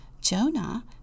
Jonah